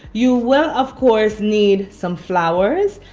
you will of course need some flowers.